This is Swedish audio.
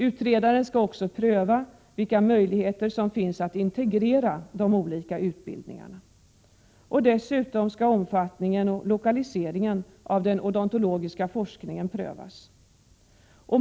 Utredaren skall också pröva vilka möjligheter som finns att integrera de olika utbildningarna. Dessutom skall omfattningen och lokaliseringen av den odontologiska forskningen prövas.